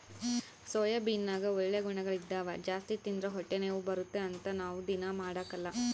ಸೋಯಾಬೀನ್ನಗ ಒಳ್ಳೆ ಗುಣಗಳಿದ್ದವ ಜಾಸ್ತಿ ತಿಂದ್ರ ಹೊಟ್ಟೆನೋವು ಬರುತ್ತೆ ಅಂತ ನಾವು ದೀನಾ ಮಾಡಕಲ್ಲ